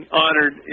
honored